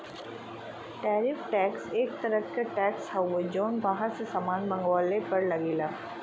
tariff tax एक तरह क टैक्स हउवे जौन बाहर से सामान मंगवले पर लगला